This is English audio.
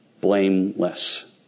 blameless